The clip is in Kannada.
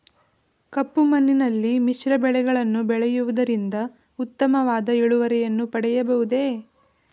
ಕಪ್ಪು ಮಣ್ಣಿನಲ್ಲಿ ಮಿಶ್ರ ಬೆಳೆಗಳನ್ನು ಬೆಳೆಯುವುದರಿಂದ ಉತ್ತಮವಾದ ಇಳುವರಿಯನ್ನು ಪಡೆಯಬಹುದೇ?